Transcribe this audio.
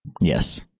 Yes